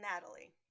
Natalie